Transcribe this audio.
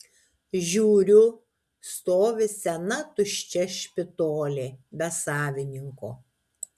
žiūriu stovi sena tuščia špitolė be savininko